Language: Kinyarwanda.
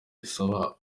isaba